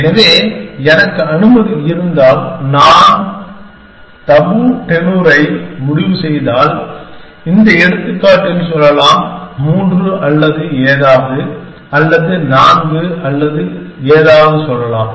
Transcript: எனவே எனக்கு அனுமதி இருந்தால் நான் தபூ டெனூரை முடிவு செய்தால் இந்த எடுத்துக்காட்டில் சொல்லலாம் 3 அல்லது ஏதாவது அல்லது 4 அல்லது ஏதாவது சொல்லலாம்